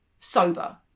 sober